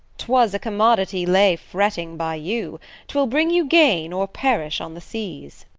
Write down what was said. twas a commodity lay fretting by you twill bring you gain, or perish on the seas.